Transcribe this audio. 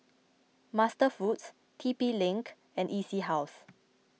MasterFoods T P link and E C House